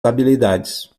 habilidades